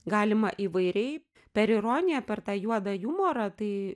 galima įvairiai per ironiją per tą juodą jumorą tai